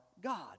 God